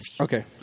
Okay